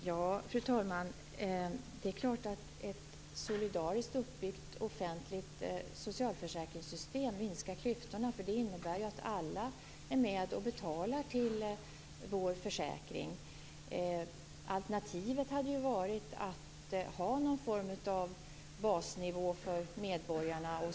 Herr talman! Ett solidariskt uppbyggt offentligt socialförsäkringssystem minskar klyftorna. Det innebär att alla är med och betalar till försäkringen. Alternativet hade varit att ha någon form av basnivå för medborgarna.